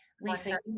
Lisa